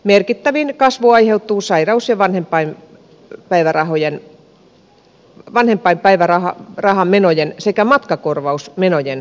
merkittävin kasvu aiheutuu sairaus ja vanhempainpäivärahamenojen sekä matkakorvausmenojen kasvusta